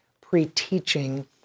pre-teaching